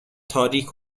تاریک